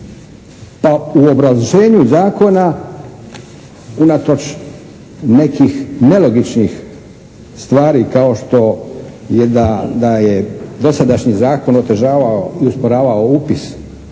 Pa u obrazloženju zakona unatoč nekih nelogičnih stvari kao što je da je dosadašnji zakon otežavao i osporavao upis